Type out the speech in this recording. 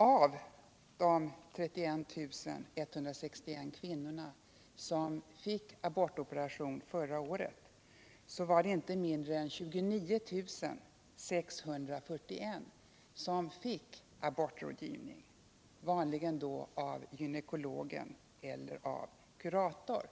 Av de 31 161 kvinnor som fick abortoperation förra året hade inte mindre än 29 641 fått abortrådgivning, vanligen då av gynekolog eller kurator,